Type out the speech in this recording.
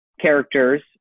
characters